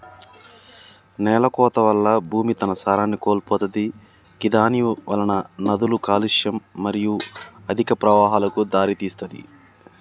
నేలకోత వల్ల భూమి తన సారాన్ని కోల్పోతది గిదానివలన నదుల కాలుష్యం మరియు అధిక ప్రవాహాలకు దారితీస్తది